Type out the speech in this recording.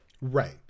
right